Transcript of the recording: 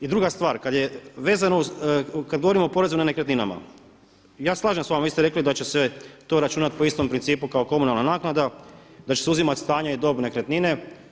I druga stvar, kada govorimo o porezu nad nekretninama, ja se slažem s vama, vi ste rekli da će se to računati po istom principu kao komunalna naknada, da će se uzimati stanje i dob nekretnine.